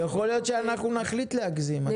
זה